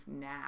now